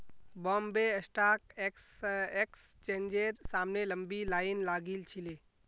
Bombay stock एक्सचेंजेर सामने लंबी लाइन लागिल छिले